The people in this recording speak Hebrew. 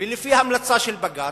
ולפי המלצה של בג"ץ,